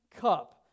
cup